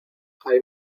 hay